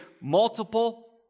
multiple